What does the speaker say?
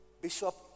Bishop